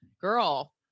Girl